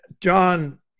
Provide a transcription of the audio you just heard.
John